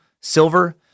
silver